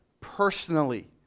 personally